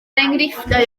enghreifftiau